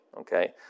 okay